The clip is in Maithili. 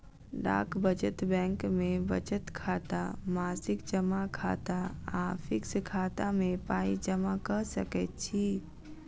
डाक बचत बैंक मे बचत खाता, मासिक जमा खाता आ फिक्स खाता मे पाइ जमा क सकैत छी